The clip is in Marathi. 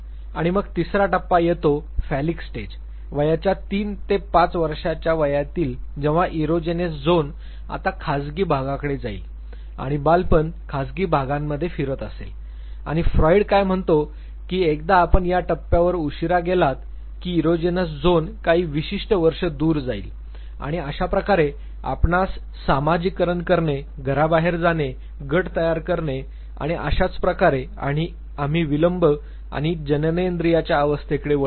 आणि मग तिसरा टप्पा येतो फॅलीक स्टेज वयाच्या ३ ते ५ वर्षांच्या वयातील जेव्हा इरोजेनस झोन आता खाजगी भागाकडे जाईल आणि बालपण खाजगी भागांमध्ये फिरत असेल आणि फ्रॉइड काय म्हणतो की एकदा आपण या टप्प्यावर उशीरा गेलात की इरोजेनस झोन काही विशिष्ट वर्ष दूर जाईल आणि अशा प्रकारे आपणास सामाजीकरण करणे घराबाहेर जाणे गट तयार करणे आणि अशाच प्रकारे आम्ही विलंब आणि जननेंद्रियाच्या अवस्थेकडे वळत नाही